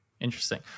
Interesting